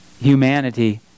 humanity